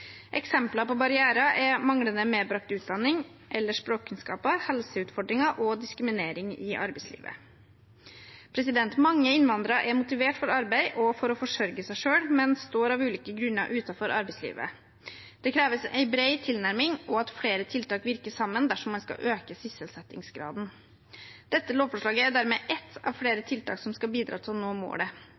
Eksempler på barrierer er manglende medbrakt utdanning eller språkkunnskaper, helseutfordringer og diskriminering i arbeidslivet. Mange innvandrere er motivert for arbeid og for å forsørge seg selv, men står av ulike grunner utenfor arbeidslivet. Det kreves en bred tilnærming og at flere tiltak virker sammen dersom man skal øke sysselsettingsgraden. Dette lovforslaget er dermed ett av flere tiltak som skal bidra til å nå målet.